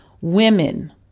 women